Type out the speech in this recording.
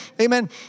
amen